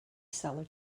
seller